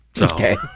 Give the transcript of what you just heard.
Okay